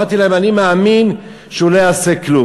אמרתי להם: אני מאמין שהוא לא יעשה כלום.